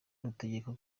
rutegeka